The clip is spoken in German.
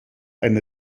eine